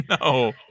No